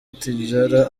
tidjara